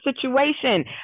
situation